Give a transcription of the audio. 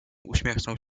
uśmiechnął